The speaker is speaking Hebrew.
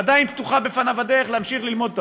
עדיין פתוחה בפניו הדרך להמשיך ללמוד את